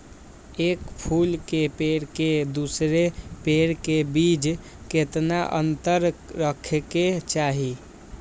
एक फुल के पेड़ के दूसरे पेड़ के बीज केतना अंतर रखके चाहि?